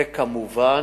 וכמובן,